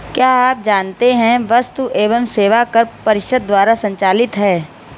क्या आप जानते है वस्तु एवं सेवा कर परिषद द्वारा संचालित है?